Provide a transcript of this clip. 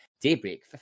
daybreak